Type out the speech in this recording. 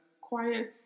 quiet